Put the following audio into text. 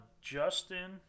Justin